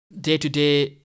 day-to-day